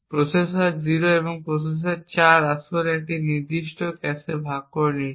processor 0 এবং processor 4 যা আসলে এই নির্দিষ্ট ক্যাশে ভাগ করে নিচ্ছে